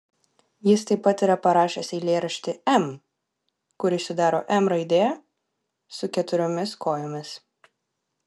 jis taip pat yra parašęs eilėraštį m kurį sudaro m raidė su keturiomis kojomis